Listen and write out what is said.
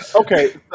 Okay